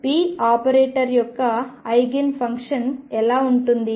p operator యొక్క eigen function ఎలా ఉంటుంది